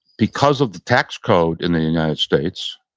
because of the tax code in the united states,